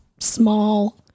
small